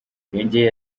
yongeye